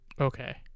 Okay